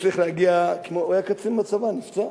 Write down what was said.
הוא היה קצין בצבא ונפצע,